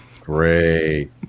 Great